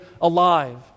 alive